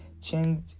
change